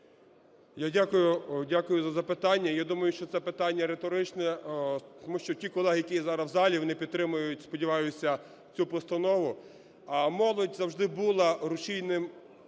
дякую за запитання. Я думаю, що це питання риторичне, тому що ті колеги, які є зараз в залі, вони підтримують, сподіваюся, цю постанову. А молодь завжди була рушієм